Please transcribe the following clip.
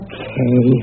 Okay